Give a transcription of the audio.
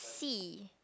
si